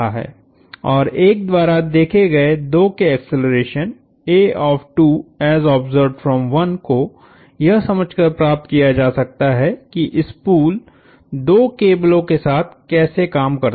और 1 द्वारा देखे गए 2 के एक्सेलरेशनको यह समझकर प्राप्त किया जा सकता है कि स्पूल दो केबलों के साथ कैसे काम करता है